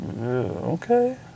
okay